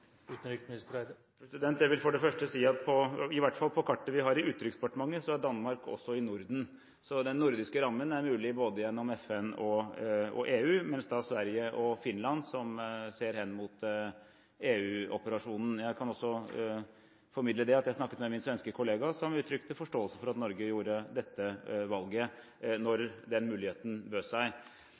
Jeg vil for det første si at i hvert fall på kartet vi har i Utenriksdepartementet, er Danmark også i Norden, så den nordiske rammen er mulig både gjennom FN og EU, mens Sverige og Finland ser hen mot EU-operasjonen. Jeg kan også formidle at jeg snakket med min svenske kollega, som uttrykte forståelse for at Norge gjorde dette valget – når den muligheten bød seg.